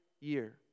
year